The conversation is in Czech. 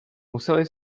museli